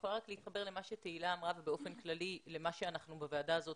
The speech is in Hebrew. אם אני יכולה להתחבר למה שתהלה אמרה ובאופן כללי למה שאנחנו בוועדה הזאת